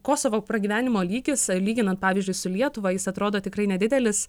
kosovo pragyvenimo lygis lyginant pavyzdžiui su lietuva jis atrodo tikrai nedidelis